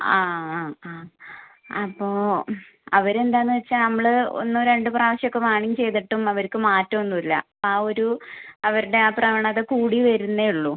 ആ ആ ആ ആ അപ്പോൾ അവരെന്താന്ന് വെച്ചാൽ നമ്മള് ഒന്ന് രണ്ട് പ്രാവശ്യം ഒക്കെ വാണിംഗ് ചെയ്തിട്ടും അവർക്ക് മാറ്റം ഒന്നും ഇല്ല ആ ഒരു അവരുടെ ആ പ്രവണത കൂടി വരുന്നതെ ഉള്ളൂ